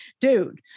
dude